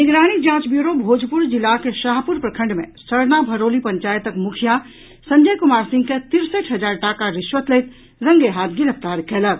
निगरानी जांच ब्यूरो भोजपुर जिलाक शाहपुर प्रखंड मे सरना भरौली पंचायतक मुखिया संजय कुमार सिंह के तिरसठि हजार टाका रिश्वत लैत रंगेहाथ गिरफ्तार कयलक